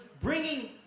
bringing